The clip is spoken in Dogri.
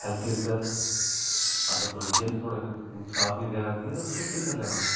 हैल्थ इज बैल्थ अगर थुआढ़ी जिंद थुआढ़े कन्नै साथ नेईं देआ दी ऐ तुसें केह् करी लैना